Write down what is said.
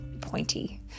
pointy